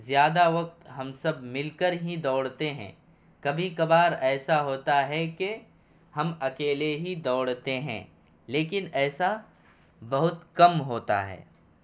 زیادہ وقت ہم سب مل ہی کر دوڑتے ہیں کبھی کبھار ایسا ہوتا ہے کہ ہم اکیلے ہی دوڑتے ہیں لیکن ایسا بہت کم ہوتا ہے